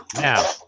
Now